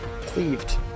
Cleaved